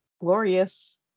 glorious